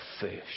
fish